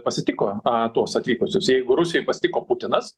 pasitiko a tuos atvykusius jeigu rusijoj pasitiko putinas